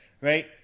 right